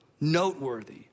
noteworthy